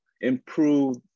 improve